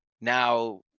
now